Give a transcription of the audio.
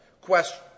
question